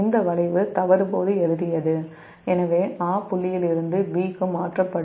எனவே 'A' இலிருந்து புள்ளி 'B' க்கு மாற்றப்படும்